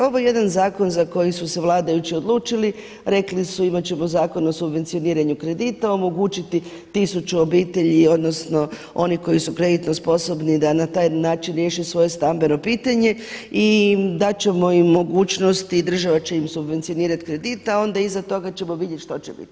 Ovo je jedan zakon za koji su se vladajući odlučili, rekli su imat ćemo Zakon o subvencioniranju kredita, omogućiti tisuću obitelji odnosno oni koji su kreditno sposobni da na taj način riješe svoje stambeno pitanje i dat ćemo im mogućnost i država će im subvencionirati kredit, a onda iza toga ćemo vidjeti što će biti.